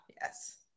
yes